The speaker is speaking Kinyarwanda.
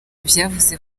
vyavuze